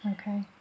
Okay